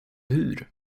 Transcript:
hur